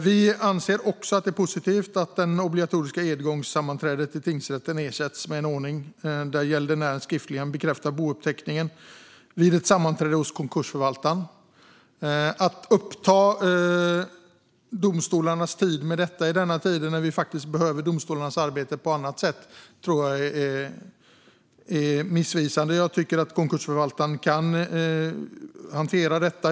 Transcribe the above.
Vi anser också det är positivt att det obligatoriska edgångssammanträdet i tingsrätten ersätts med en ordning där gäldenären skriftligen bekräftar bouppteckningen vid ett sammanträde hos konkursförvaltaren. Att uppta domstolarnas tid med detta, i dessa tider när vi behöver deras arbete på annat sätt, tror jag är missvisande. Jag tycker att konkursförvaltaren kan hantera detta.